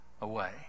away